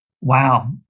Wow